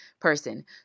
Person